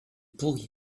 pourri